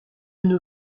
nos